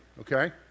okay